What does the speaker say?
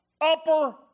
upper